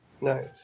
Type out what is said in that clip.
nice